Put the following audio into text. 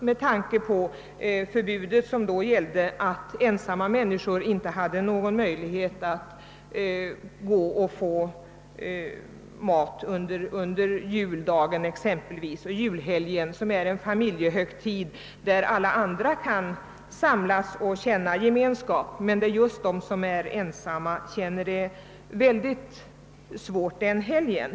Det förbud som då gällde medförde att ensamma människor inte ens kunde gå ut och få ett mål mat under julhelgen, som ju är en familjehögtid då alla andra kan samlas och känna gemenskap. De ensamma har det emellertid speciellt svårt under den helgen.